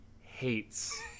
hates